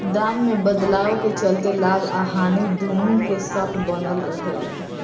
दाम में बदलाव के चलते लाभ आ हानि दुनो के शक बनल रहे ला